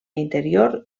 interior